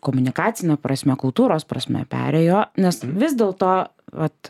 komunikacine prasme kultūros prasme perėjo nes vis dėlto vat